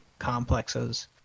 complexes